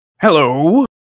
Hello